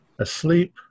Asleep